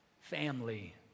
family